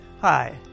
Hi